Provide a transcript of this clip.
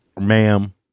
ma'am